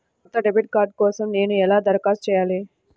కొత్త debit card కోసం నేను ఎలా దరఖాస్తు చేయాలి?